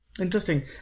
Interesting